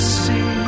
see